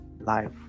life